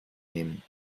nehmen